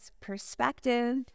perspective